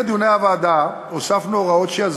זה הסיפור.